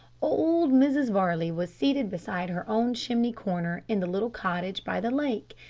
old mrs varley was seated beside her own chimney corner in the little cottage by the lake,